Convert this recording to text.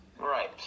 Right